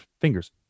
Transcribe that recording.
fingers